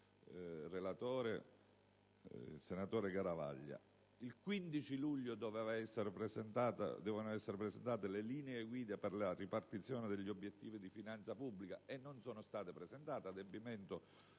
in tre mesi: il 15 luglio dovevano essere presentate le linee guida per la ripartizione degli obiettivi di finanza pubblica e non sono state presentate (adempimento